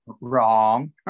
Wrong